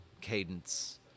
cadence